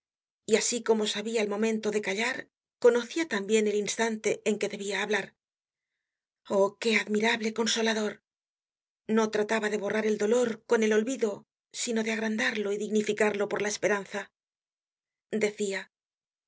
y así como sabia el momento de callar conocia tambien el instante en que debia hablar oh que admirable consolador no trataba de borrar el dolor con el olvido sino de agrandarlo y dignificarlo por la esperanza decia